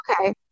okay